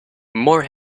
more